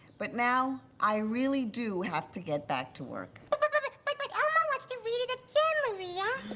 but now, i really do have to get back to work. but, but, but, but, like but elmo wants to read it again, maria.